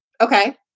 Okay